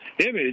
image